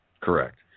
Correct